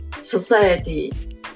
society